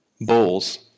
bowls